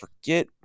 forget